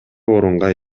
орунга